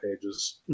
pages